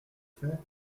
fait